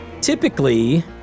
Typically